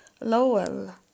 Lowell